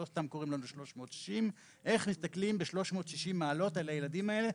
לא סתם קוראים לנו 360. איך מסתכלים ב-360 מעלות על הילדים האלה,